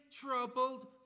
troubled